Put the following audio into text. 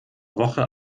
woche